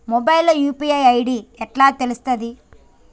Mobile లో UPI ID ఎట్లా తెలుస్తది?